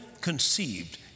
conceived